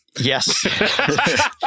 Yes